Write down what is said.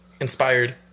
inspired